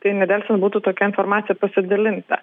tai nedelsiant būtų tokia informacija pasidalinta